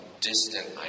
distant